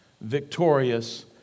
victorious